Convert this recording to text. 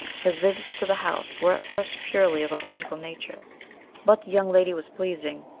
his visits to the house were at first purely of a political nature but the young lady was pleasing,